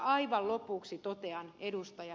aivan lopuksi totean ed